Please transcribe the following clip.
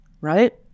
right